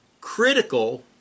critical